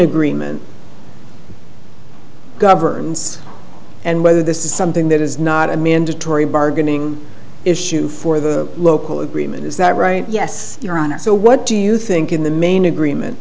agreement governs and whether this is something that is not a mandatory bargaining issue for the local agreement is that right yes your honor so what do you think in the main agreement